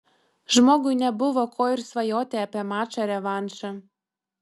žmogui nebuvo ko ir svajoti apie mačą revanšą